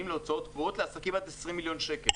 להוצאות קבועות לעסקים עד 20 מיליון שקל.